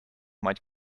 might